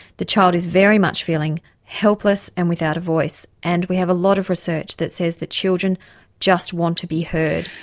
the child is very much feeling helpless and without a voice, and we have a lot of research that says that children just want to be heard.